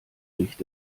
licht